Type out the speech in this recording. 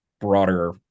broader